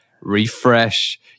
refresh